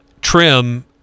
trim